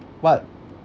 what